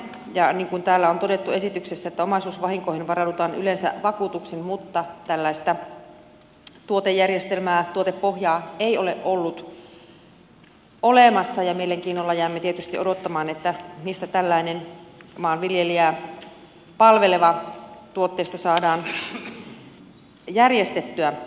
niin kuin täällä on todettu esityksessä omaisuusvahinkoihin varaudutaan yleensä vakuutuksin mutta tällaista tuotejärjestelmää tuotepohjaa ei ole ollut olemassa ja mielenkiinnolla jäämme tietysti odottamaan mistä tällainen maanviljelijää palveleva tuotteisto saadaan järjestettyä